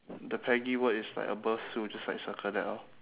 the peggy word is like above sue just like circle that lor